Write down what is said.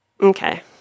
Okay